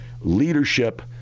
leadership